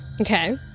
Okay